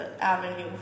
avenue